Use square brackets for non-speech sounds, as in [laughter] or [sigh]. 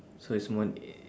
so it's more [noise]